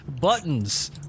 buttons